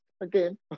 again